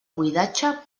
buidatge